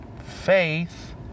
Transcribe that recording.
faith